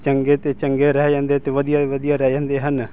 ਚੰਗੇ ਅਤੇ ਚੰਗੇ ਰਹਿ ਜਾਂਦੇ ਅਤੇ ਵਧੀਆ ਵਧੀਆ ਰਹਿ ਜਾਂਦੇ ਹਨ